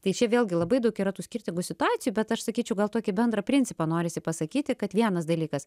tai čia vėlgi labai daug yra tų skirtingų situacijų bet aš sakyčiau gal tokį bendrą principą norisi pasakyti kad vienas dalykas